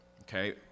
okay